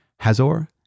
Hazor